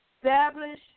establish